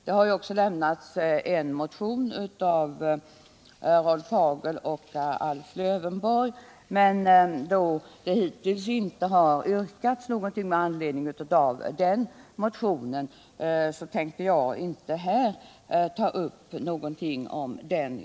Det har också lämnats en motion av Rolf Hagel och Alf Lövenborg, men eftersom det hittills inte har framställts något yrkande i anledning av den motionen, tänkte jag inte här anföra något om den.